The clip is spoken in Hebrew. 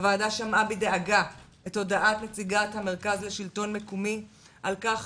הוועדה שמעה בדאגה את הודעת נציגת המרכז לשלטון מקומי על כך